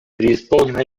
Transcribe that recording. преисполнена